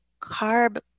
carb